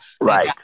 Right